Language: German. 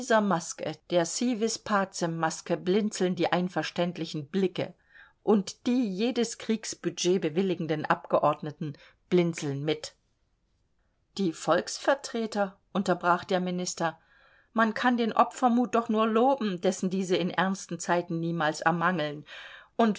maske der si vis pacem maske blinzeln die einverständlichen blicke und die jedes kriegsbudget bewilligenden abgeordneten blinzeln mit die volksvertreter unterbrach der minister man kann den opfermut doch nur loben dessen diese in ernsten zeiten niemals ermangeln